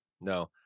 No